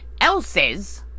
else's